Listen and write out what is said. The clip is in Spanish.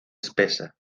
espesa